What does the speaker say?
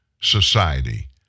society